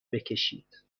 بکشید